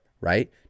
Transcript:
Right